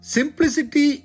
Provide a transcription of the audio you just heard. Simplicity